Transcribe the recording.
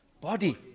body